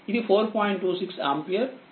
26 ఆంపియర్వస్తుంది